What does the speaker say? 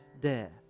death